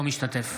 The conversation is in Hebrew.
אינו משתתף